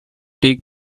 take